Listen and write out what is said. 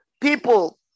people